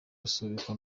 rusubikwa